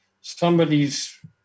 somebody's